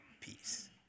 peace